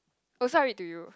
oh so I read to you